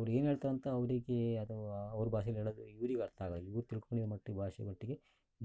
ಅವ್ರು ಏನು ಹೇಳ್ತಾರೆ ಅಂತ ಅವರಿಗೆ ಅದು ಅವ್ರ ಭಾಷೆಯಲ್ಲಿ ಹೇಳೋದು ಇವ್ರಿಗೆ ಅರ್ಥ ಆಗಲ್ಲ ಇವ್ರು ತಿಳ್ಕೊಂಡಿರೋ ಮಟ್ಟಿಗೆ ಭಾಷೆ ಮಟ್ಟಿಗೆ